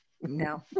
No